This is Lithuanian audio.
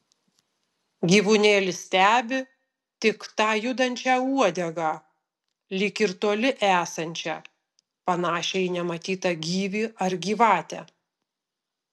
gyvūnėlis stebi tik tą judančią uodegą lyg ir toli esančią panašią į nematytą gyvį ar gyvatę